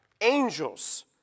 angels